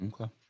Okay